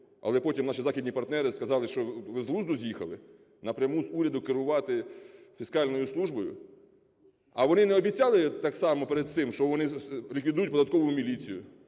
але потім наші західні партнери сказали, що ви з глузду з'їхали, напряму з уряду керувати фіскальною службою? А вони не обіцяли так само перед цим, що вони ліквідують податкову міліцію,